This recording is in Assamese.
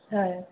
হয়